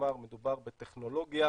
כלומר מדובר בטכנולוגיה